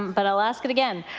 but i'll ask it again.